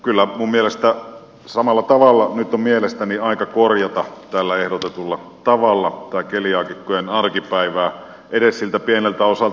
kyllä minun mielestäni nyt on aika korjata tällä ehdotetulla tavalla keliaakikkojen arkipäivää edes siltä pieneltä osalta